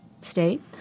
state